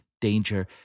danger